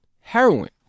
Heroin